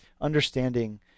understanding